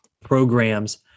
programs